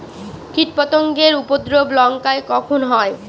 কীটপতেঙ্গর উপদ্রব লঙ্কায় কখন হয়?